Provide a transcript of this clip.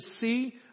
see